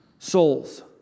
Souls